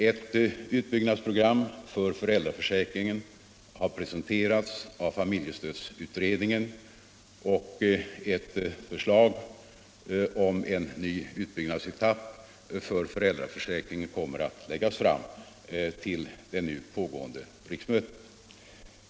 Ett utbyggnadsprogram för föräldraförsäkringen har presenterats av familjestödsutredningen, och ett förslag om en ny utbyggnadsetapp för föräldraförsäkringen kommer att läggas fram vid det nu pågående riksmötet.